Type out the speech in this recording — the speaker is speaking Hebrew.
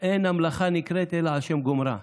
אין המלאכה נקראת אלא על שם גומרה.